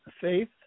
faith